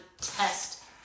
test